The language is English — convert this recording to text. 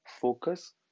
focus